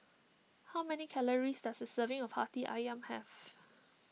how many calories does a serving of Hati Ayam have